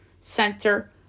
center